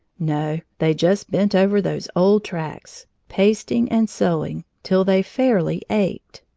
no, they just bent over those old tracts, pasting and sewing till they fairly ached.